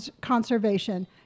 conservation